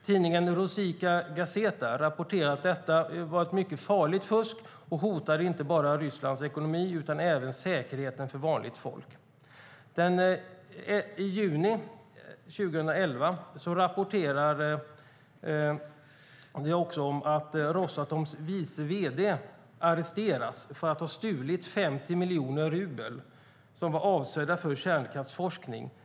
Tidningen Rossiika Gazeta rapporterar att detta farliga fusk hotar inte bara Rysslands ekonomi utan även säkerheten för vanligt folk. I juni 2011 arresteras Rosatoms vice vd för att ha stulit 50 miljoner rubel som var avsedda för kärnkraftsforskning.